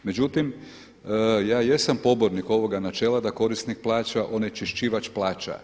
Međutim, ja jesam pobornik ovoga načela da korisnik plaća onečišćivač plaća.